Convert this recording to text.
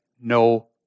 no